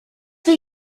for